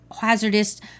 hazardous